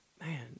man